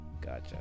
Gotcha